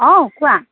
অ' কোৱা